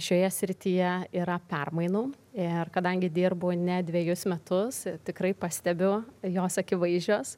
šioje srityje yra permainų ir kadangi dirbu ne dvejus metus tikrai pastebiu jos akivaizdžios